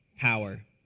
power